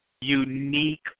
unique